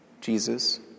Jesus